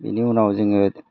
बिनि उनाव जोङो